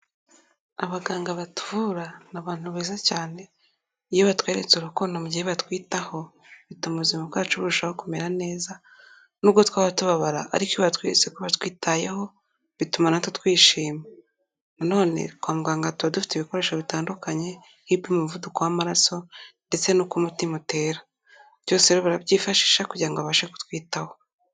Abaganga batuvura ni abantu beza cyane. Iyo batweretse urukundo mu gihe batwitaho bituma ubuzima bwacu burushaho kumera neza n'ubwo twaba tubabara, ariko iyo batweretse ko batwitayeho bituma natwe twishima. Nanone kwa muganga tuba dufite ibikoresho bitandukanye, nk'ibipima umuvuduko w'amaraso ndetse n'uko umutima utera. Byose barabyifashisha kugira ngo babashe kutwitaho.